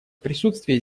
присутствие